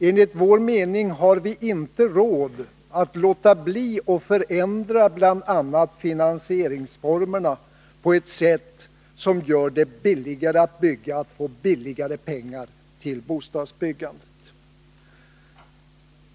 Enligt vår mening har vi inte råd att låta bli att förändra bl.a. finansieringsformerna så, att det blir billigare att bygga — att man får ”billigare pengar” till bostadsbyggandet.